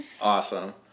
Awesome